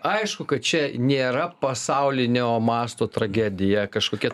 aišku kad čia nėra pasaulinio masto tragedija kažkokia